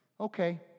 okay